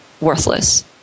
worthless